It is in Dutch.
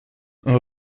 een